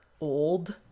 old